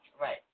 Right